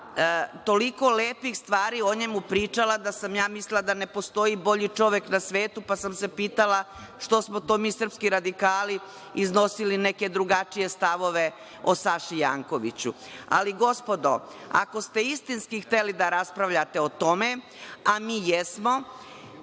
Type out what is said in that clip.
toliko lepih stvari o njemu pričala da sam ja mislila da ne postoji bolji čovek na svetu, pa sam se pitala što smo to mi srpski radikali iznosili neke drugačije stavove o Saši Jankoviću. Ali, gospodo, ako ste istinski hteli da raspravljate o tome, a mi jesmo,